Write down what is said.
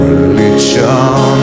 religion